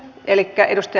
elikkä edusti